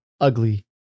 ugly